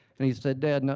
and he said dad,